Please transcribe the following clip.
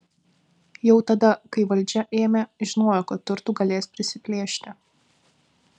jau tada kai valdžią ėmė žinojo kad turtų galės prisiplėšti